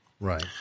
Right